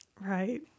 Right